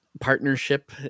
partnership